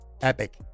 epic